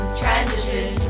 transition